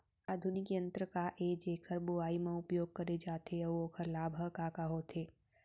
आधुनिक यंत्र का ए जेकर बुवाई म उपयोग करे जाथे अऊ ओखर लाभ ह का का होथे?